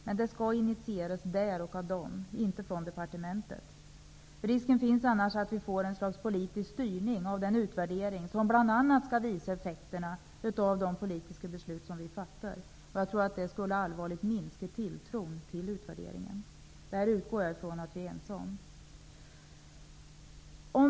Men det skall initieras av Skolverket och inte av departementet. Risken finns annars att vi får ett slags politisk styrning av den utvädering som bl.a. skall visa effekterna av de politiska beslut som vi fattar. Jag tror att det allvarligt skulle minska tilltron till utvärderingen. Det utgår jag ifrån att vi är ense om.